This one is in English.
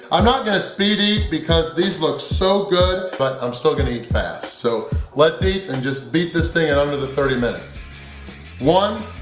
i'm not gonna speed eat because these looks so good but i'm still gonna eat fast so let's eat and just beat this thing in under thirty minutes one,